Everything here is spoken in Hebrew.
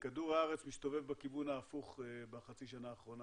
כדור הארץ מסתובב בכיוון ההפוך בחצי השנה האחרונה,